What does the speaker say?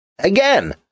Again